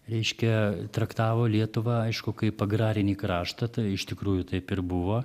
reiškia traktavo lietuvą aišku kaip agrarinį kraštą tai iš tikrųjų taip ir buvo